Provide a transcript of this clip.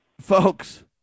Folks